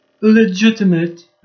legitimate